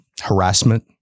harassment